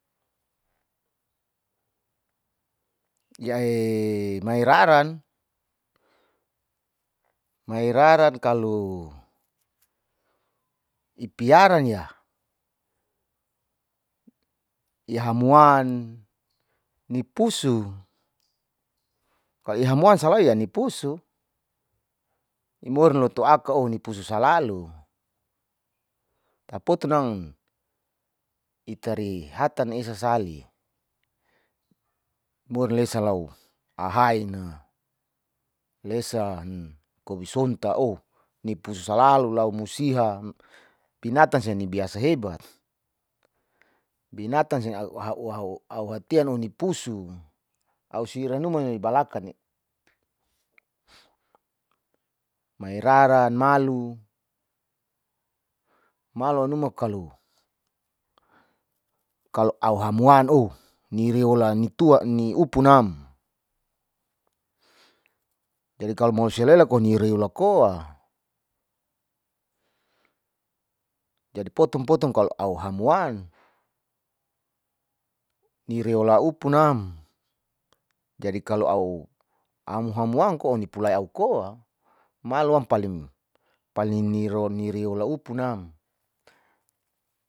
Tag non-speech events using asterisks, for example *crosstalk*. Yae mai raran, mai raran kalo ipiaran yah ihamwan nipusu kalo ihamwan salai eh nipusu, imoir loto aka oh nipusu salalu, taponam ita re hatane isa sali taponom mor lesalau ahain lesan kobinsintak oh ni pusu salalu lau mausiha. Binatan sia nibiasa hebat, binatan sia *unintelligible* a'u hoatian oh nipusu a'u siranuma balakane mae raran, malu, malu a'u numu kalo kalo a'u hamwan oh nireola ni upunam jadi kalo mausia lela kon nih reola ko'a, jadi potom-potom kalo a'u hamwan ni reola upunam, jadi kalo a'u hamwan ni pulau a'u ko'a, malu'am palim palin nireola upunam.